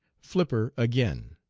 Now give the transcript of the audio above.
flipper again.